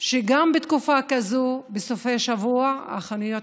שגם בתקופה כזאת בסופי שבוע החנויות